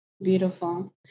Beautiful